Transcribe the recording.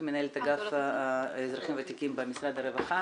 מנהלת אגף אזרחים ותיקים במשרד הרווחה,